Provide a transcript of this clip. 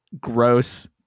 Gross